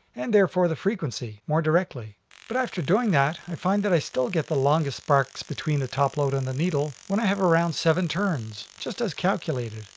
and therefore the frequency more directly. but after doing that, i find that i still get the longest sparks between the topload and the needle when i have around seven turns, just as calculated.